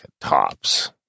tops